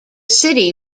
city